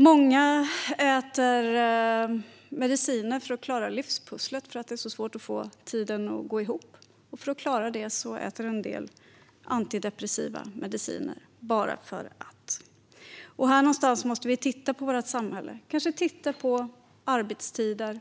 Många äter mediciner för att klara livspusslet och för att det är så svårt att få tiden att gå ihop. Bara för att klara det äter en del antidepressiva mediciner. Någonstans här måste vi titta på vårt samhälle. Vi kanske ska titta på arbetstider. Vi